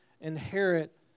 inherit